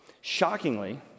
Shockingly